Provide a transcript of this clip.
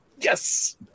yes